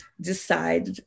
decide